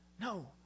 No